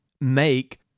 make